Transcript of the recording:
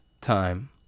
time